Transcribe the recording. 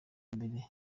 mbere